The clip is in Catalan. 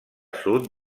sud